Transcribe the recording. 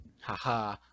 haha